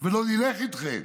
ולא נלך איתכם.